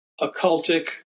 occultic